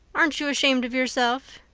aren't you ashamed of yourself?